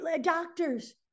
doctors